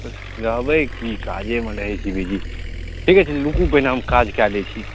रहबै की काजेमे रहैत छी बिजी ठीके छै रुकू पहिने हम काज कै दै छी